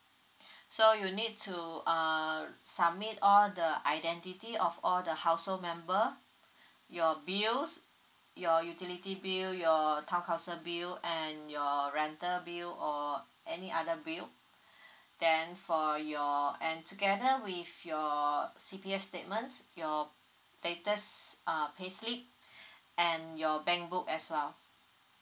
so you need to uh submit all the identity of all the household member your bills your utility bill your town council bill and your rental bill or any other bill then for your and together with your C_P_F statements your latest err pay slip and your bank book as well